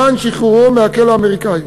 למען שחרורו מהכלא האמריקני,